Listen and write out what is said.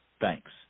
Thanks